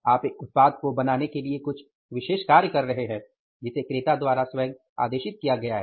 आप एक उत्पाद को बनाने के लिए कुछ विशेष कार्य कर रहे हैं जिसे क्रेता द्वारा स्वयं आदेशित किया गया है